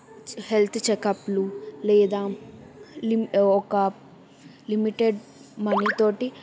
health చెకప్లు లేదా లిమ్ ఒక లిమిటెడ్ మనీ తోటి